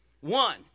One